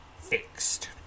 fixed